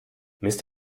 müsst